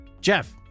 Jeff